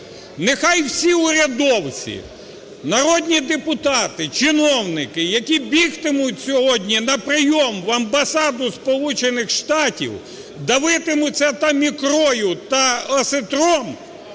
Нехай усі урядовці, народні депутати, чиновники, які бігтимуть сьогодні на прийом в амбасаду Сполучених Штатів, давитимуться там ікрою та осетром,